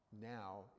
now